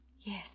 Yes